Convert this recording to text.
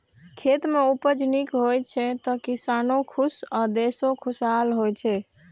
खेत मे उपज नीक होइ छै, तो किसानो खुश आ देशो खुशहाल होइ छै